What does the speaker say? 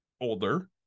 older